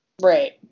right